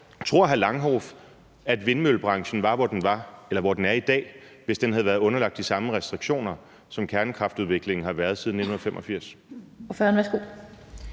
at vindmøllebranchen ville være, hvor den er i dag, hvis den havde været underlagt de samme restriktioner, som kernekraftudviklingen har været siden 1985?